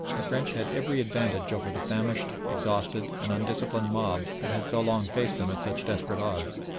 the french had every advantage over the famished, exhausted and undisciplined mob that had so long faced them at such desperate odds,